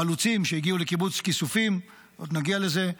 חלוצים שהגיעו לקיבוץ כיסופים, עוד נגיע לזה,